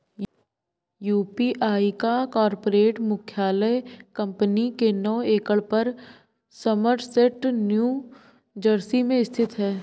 UPI का corporate मुख्यालय company के नौ एकड़ पर समरसेट न्यू जर्सी में स्थित है